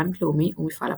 בנק לאומי ומפעל הפיס.